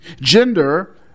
Gender